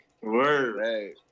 Word